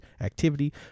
activity